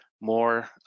more